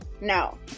No